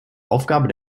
aufgabe